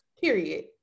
period